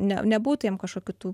ne nebūtų jam kažkokių tų